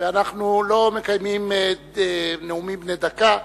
ואנחנו לא מקיימים נאומים בני דקה,